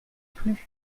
plus